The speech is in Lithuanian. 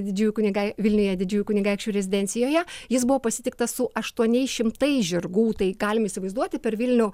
didžiųjų kunigai vilniuje didžiųjų kunigaikščių rezidencijoje jis buvo pasitiktas su aštuoniais šimtais žirgų tai galim įsivaizduoti per vilnių